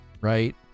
right